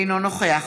אינו נוכח